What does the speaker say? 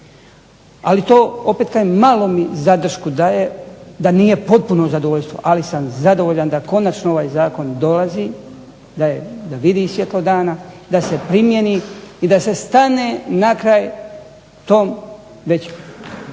Ali to opet kažem malo mi zadršku daje da nije potpuno zadovoljstvo, ali sam zadovoljan da konačno ovaj zakon dolazi, da vidi svjetlo dana, da se primjeni i da se stane na kraj tom već